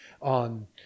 on